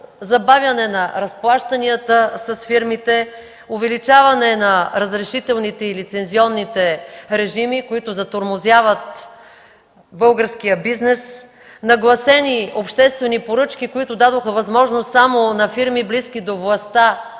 забавяне на разплащанията с фирмите, увеличаване на разрешителните и лицензионните режими, които затормозяват българския бизнес, нагласени обществени поръчки, които дадоха възможност само на фирми, близки до властта,